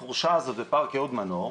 החורשה הזאת בפארק אהוד מנור,